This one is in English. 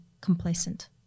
complacent